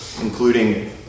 Including